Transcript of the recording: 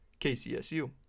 KCSU